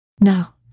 Now